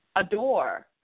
adore